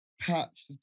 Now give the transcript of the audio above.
Patch